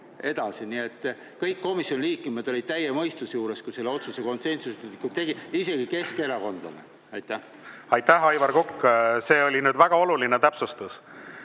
päevale. Nii et kõik komisjoni liikmed olid täie mõistuse juures, kui selle otsuse konsensuslikult tegid, isegi keskerakondlane. Aitäh, Aivar Kokk! See oli väga oluline täpsustus.